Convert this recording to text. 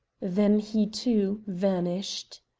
then he, too, vanished.